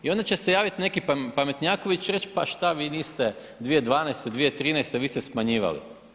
I onda će se javiti neki pametnjaković i reći pa šta vi niste 2012., 2013. vi ste smanjivali.